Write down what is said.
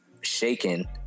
shaken